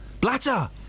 Blatter